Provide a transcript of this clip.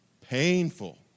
Painful